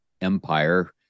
empire